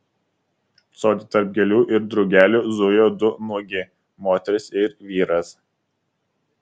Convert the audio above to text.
sode tarp gėlių ir drugelių zujo du nuogi moteris ir vyras